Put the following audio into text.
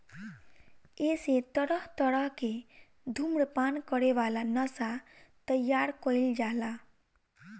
एसे तरह तरह के धुम्रपान करे वाला नशा तइयार कईल जाला